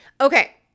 Okay